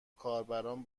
کاربران